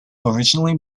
originally